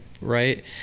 right